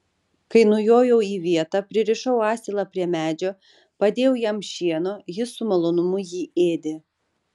kai nujojau į vietą pririšau asilą prie medžio padėjau jam šieno jis su malonumu jį ėdė